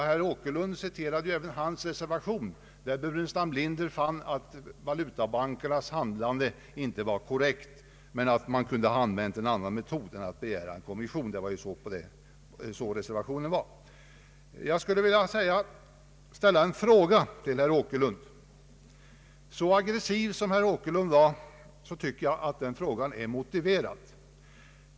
Herr Åkerlund citerade ju också hans reservation, där herr Burenstam Linder fann att valutabankernas handlande inte var korrekt men att man kunde ha använt en annan metod än att begära en kommission — det var ju detta som reservationen gick ut på. Jag skulle vilja ställa en fråga till herr Åkerlund. Så aggressiv som herr Åkerlund var anser jag att den frågan är motiverad.